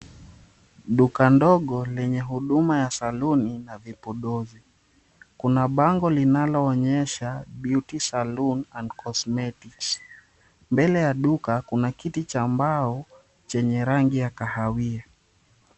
Duka ndogo lenye huduma ya salooni na vipodozi, kuna bango lililoonyesha, Beauty Saloon Cosmetics, mbele ya duka kuna kiti cha mbao chenye rangi ya kahawia.